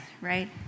right